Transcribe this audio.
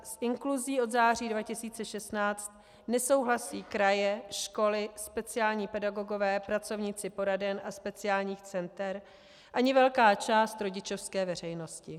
S inkluzí od září 2016 nesouhlasí kraje, školy, speciální pedagogové, pracovníci poraden a speciálních center a ani velká část rodičovské veřejnosti.